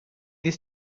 this